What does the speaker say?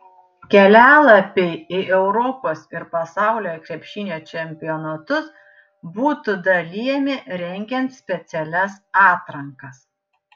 kelialapiai į europos ir pasaulio krepšinio čempionatus būtų dalijami rengiant specialias atrankas